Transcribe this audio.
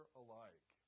alike